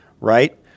right